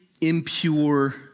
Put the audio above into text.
impure